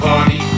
Party